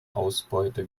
ausbeute